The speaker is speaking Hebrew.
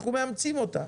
אנחנו מאמצים אותה.